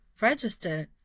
registered